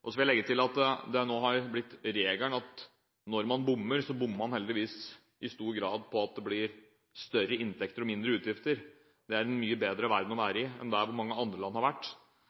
Jeg vil legge til at det nå har blitt regelen at når man bommer, så bommer man heldigvis i stor grad ved at det blir større inntekter og mindre utgifter. Det er en mye bedre verden å være i enn der hvor mange andre land har vært,